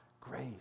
grace